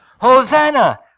Hosanna